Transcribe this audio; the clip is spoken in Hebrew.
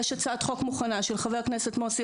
יש הצעת חוק מוכנה של חבר הכנסת מוסי